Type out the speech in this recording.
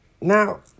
Now